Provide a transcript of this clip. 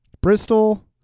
Bristol